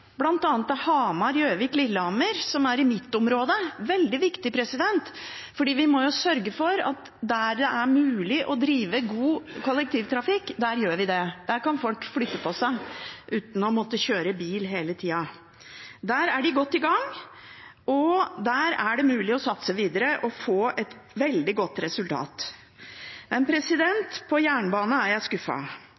Hamar, Gjøvik og Lillehammer, som er i mitt område. Det er veldig viktig, fordi vi må sørge for at der det er mulig å drive god kollektivtrafikk, der gjør vi det. Der kan folk flytte på seg uten å måtte kjøre bil hele tida. Der er de godt i gang, og der er det mulig å satse videre og få et veldig godt resultat. Men